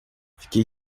fiquei